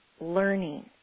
learning